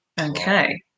Okay